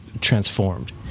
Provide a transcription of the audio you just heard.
transformed